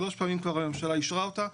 שלוש פעמים כבר הממשלה אישרה אותה,